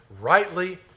rightly